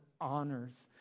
honors